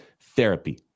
therapy